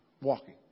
walking